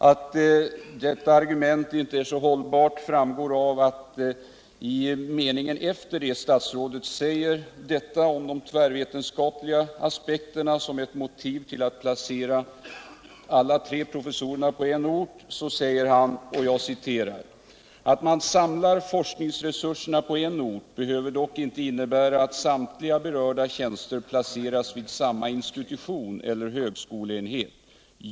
Att detta argument inte är hållbart framgår av att statsrådet några meningar efter att han har sagt detta om de tvärvetenskapliga aspekterna som ett motiv till en placering av alla tre professorerna på samma ort säger: ”Att man samlar forskningsresurserna på en ort behöver dock inte innebära att samtliga berörda tjänster placeras vid samma institution eller högskoleenhet.